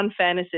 unfairnesses